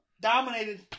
Dominated